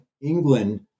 England